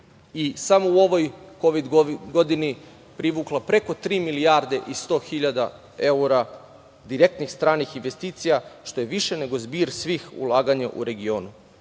Samo u ovoj kovid godini je privukla preko tri milijarde i sto hiljada evra direktnih stranih investicija, što je više nego zbir svih ulaganja u regionu.